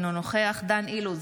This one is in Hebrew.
אינו נוכח דן אילוז,